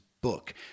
book